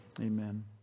Amen